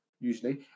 usually